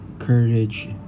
courage